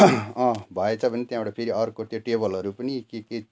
अँ भएछ भने त्यहाँबाट फेरि अर्को त्यो टेबलहरू पनि के के